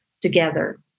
together